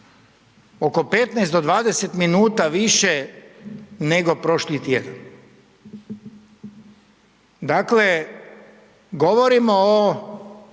oko 15 do 20 minuta više nego prošli tjedan. Dakle, govorimo o